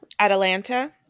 Atlanta